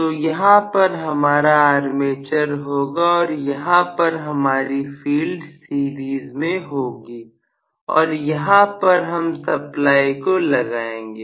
तो यहां पर हमारा आर्मेचर होगा और यहां पर हमारी फील्ड सीरीज में होगी और यहां पर हम सप्लाई को लगाएंगे